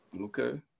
Okay